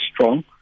strong